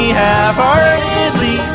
half-heartedly